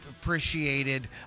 appreciated